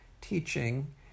teaching